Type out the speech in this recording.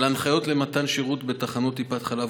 של הנחיות למתן שירות בתחנות טיפת חלב